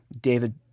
David